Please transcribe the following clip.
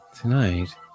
Tonight